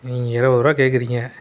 நீங்கள் இருபது ருபாய் கேட்குறிங்க